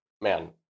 man